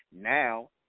now